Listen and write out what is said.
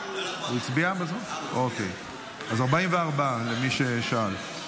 אז 44 למי ששאל.